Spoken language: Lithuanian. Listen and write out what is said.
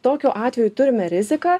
tokiu atveju turime riziką